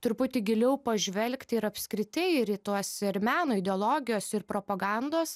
truputį giliau pažvelgti ir apskritai ir į tuos ir meno ideologijos ir propagandos